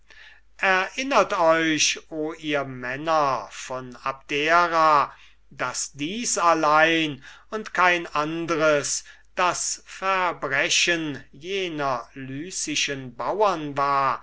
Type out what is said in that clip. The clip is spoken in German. erinnert euch o ihr männer von abdera daß dies allein und kein andres das verbrechen jener lycischen bauren war